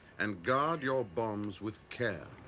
and guard your bombs with care.